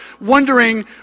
wondering